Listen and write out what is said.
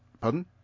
Pardon